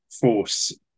force